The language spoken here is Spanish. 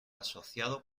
asociado